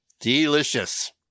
Delicious